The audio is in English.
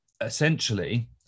essentially